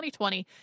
2020